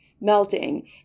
melting